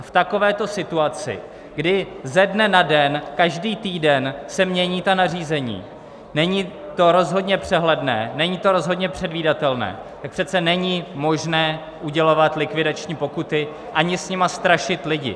A v takovéto situaci, kdy ze dne na den, každý týden, se mění nařízení, není to rozhodně přehledné, není to rozhodně předvídatelné, tak přece není možné udělovat likvidační pokuty ani s nimi strašit lidi.